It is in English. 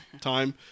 time